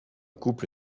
couple